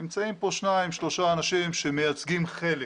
נמצאים פה שניים-שלושה אנשים שמייצגים חלק,